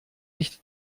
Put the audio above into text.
ich